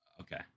Okay